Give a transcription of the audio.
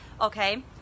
okay